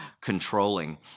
controlling